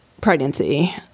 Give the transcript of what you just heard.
pregnancy